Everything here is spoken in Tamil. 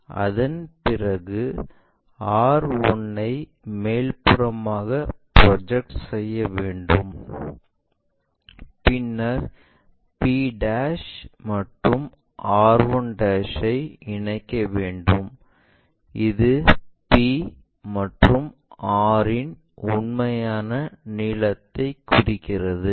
அதன்பிறகு r1 ஐ மேல்புறமாக ப்ரொஜெக்ட் செய்ய வேண்டும் பின்னர் p மற்றும் r1 ஐ இணைக்க வேண்டும் இது p மற்றும் r இன் உண்மையா நீளத்தைக் குறிக்கிறது